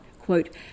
quote